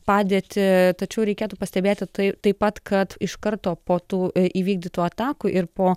padėtį tačiau reikėtų pastebėti tai taip pat kad iš karto po tų įvykdytų atakų ir po